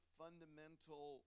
fundamental